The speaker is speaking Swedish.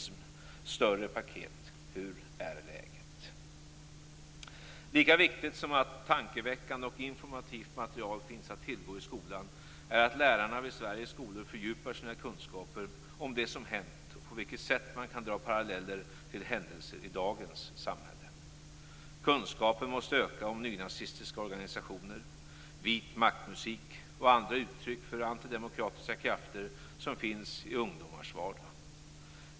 som Europarådet mot rasism har tagit fram. Lika viktigt som att tankeväckande och informativt material finns att tillgå i skolan är att lärarna vid Sveriges skolor fördjupar sina kunskaper om det som hänt och på vilket sätt man kan dra paralleller till händelser i dagens samhälle. Kunskapen måste öka om nynazistiska organisationer, vit makt-musik och andra uttryck för antidemokratiska krafter som finns i ungdomarnas vardag.